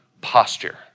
posture